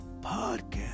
Podcast